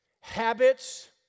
habits